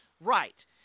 Right